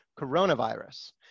coronavirus